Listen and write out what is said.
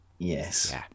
Yes